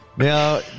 Now